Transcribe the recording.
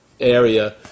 area